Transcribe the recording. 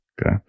Okay